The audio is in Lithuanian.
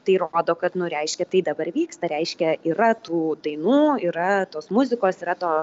tai rodo kad nu reiškia tai dabar vyksta reiškia yra tų dainų yra tos muzikos yra to